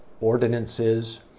ordinances